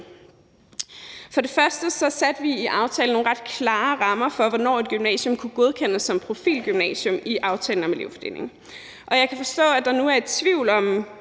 i aftalen om elevfordeling nogle ret klare rammer for, hvornår et gymnasium kunne godkendes som profilgymnasium, og jeg kan forstå, at der nu er tvivl om